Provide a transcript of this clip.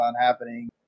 happening